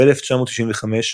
ב-1995,